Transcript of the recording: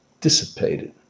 dissipated